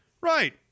Right